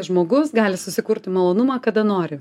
žmogus gali susikurti malonumą kada nori